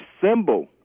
symbol